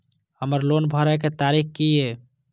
हमर लोन भरय के तारीख की ये?